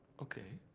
ok.